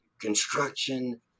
construction